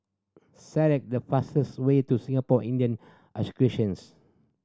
the fastest way to Singapore Indian